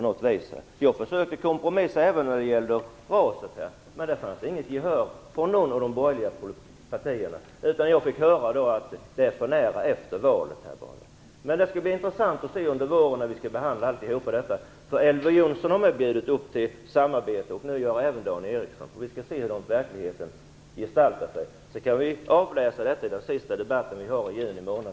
Jag försökte kompromissa även i fråga om RAS. Men det fanns inget gehör från någon av de borgerliga partierna. Jag fick höra att det var för nära efter valet. Men det skall bli intressant att se hur det blir under våren när frågorna skall behandlas. Elver Jonsson har bjudit upp till samarbete. Nu gör även Dan Ericsson det. Vi skall se hur verkligheten gestaltar sig. Sedan kan vi avläsa resultatet vid den sista debatten i juni månad.